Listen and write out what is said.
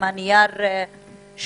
גם הנייר שכתבתם,